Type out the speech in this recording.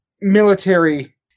military